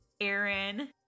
Aaron